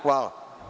Hvala.